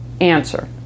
Answer